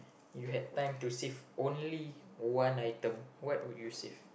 you had time to save only one item what would you save